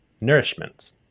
nourishment